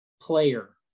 player